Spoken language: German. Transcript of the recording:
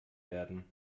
werden